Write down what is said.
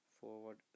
forward